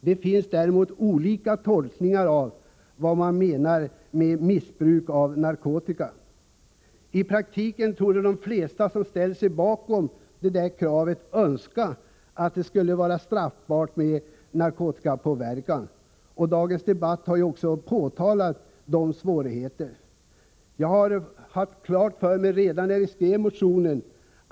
Det finns däremot litet olika tolkningar av vad som menas med missbruk av narkotika. I praktiken torde de flesta som ställt sig bakom detta krav önska att det skall bli straffbart att vara narkotikapåverkad. Dagens debatt har ju också påvisat svårigheterna. Detta har jag haft klart för mig redan när vi skrev motionen.